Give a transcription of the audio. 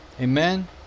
Amen